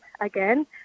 again